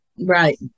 Right